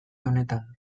honetan